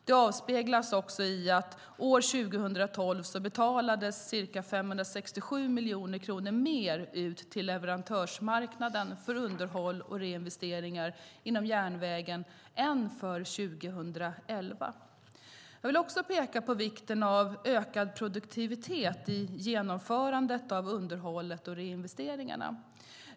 Det avspeglas också i att 2012 betalades ca 567 miljoner kronor mer ut till leverantörsmarknaden för underhåll och reinvesteringar inom järnvägen än 2011. Jag vill också peka på vikten av ökad produktivitet i genomförandet av underhållet och reinvesteringarna.